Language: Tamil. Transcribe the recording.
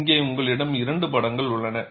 இங்கே உங்களிடம் 2 படங்கள் உள்ளன